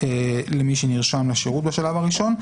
למי שנרשם לשירות בשלב הראשון.